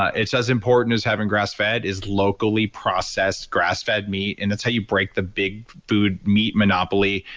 it's as important as having grassfed, is locally processed grass-fed meat and it's how you break the big food meat monopoly.